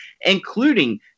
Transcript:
including